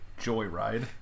Joyride